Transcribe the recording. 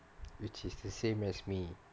which is the same as me